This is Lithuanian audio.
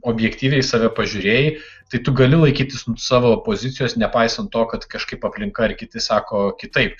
objektyviai į save pažiūrėjai tai tu gali laikytis savo pozicijos nepaisant to kad kažkaip aplinka ar kiti sako kitaip